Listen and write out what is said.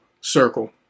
circle